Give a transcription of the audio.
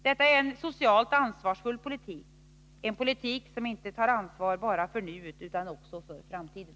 Detta är en socialt ansvarsfull politik, en politik som tar ansvar inte bara för nuet utan också för framtiden.